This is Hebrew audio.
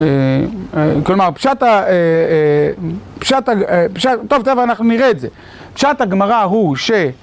כלומר, פשט הגמרא, טוב, טוב, אנחנו נראה את זה, פשט הגמרא הוא ש...